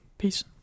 Peace